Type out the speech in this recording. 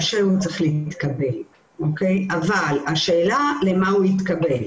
כל עוד שהם לא מכורים והמחלה היא בלתי הפיכה,